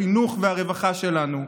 החינוך והרווחה שלנו,